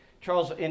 Charles